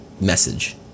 message